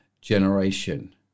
generation